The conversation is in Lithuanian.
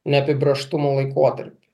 neapibrėžtumo laikotarpį